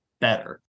better